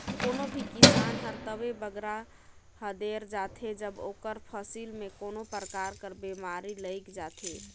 कोनो भी किसान हर तबे बगरा हदेर जाथे जब ओकर फसिल में कोनो परकार कर बेमारी लइग जाथे